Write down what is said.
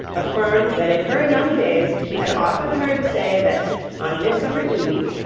affirmed that in her young days she had often heard say that on midsummer eve,